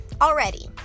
already